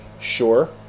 Sure